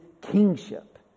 kingship